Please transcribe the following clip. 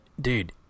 dude